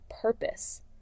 purpose